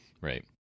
right